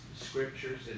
scriptures